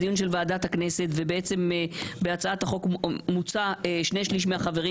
ועדת הכנסת ובעצם בהצעת החוק מוצע שני שליש מהחברים,